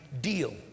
deal